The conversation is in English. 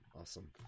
Awesome